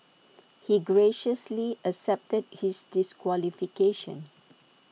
he graciously accepted his disqualification